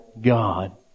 God